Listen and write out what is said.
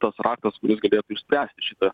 tas raktas kuris gebėtų išspręsti šitą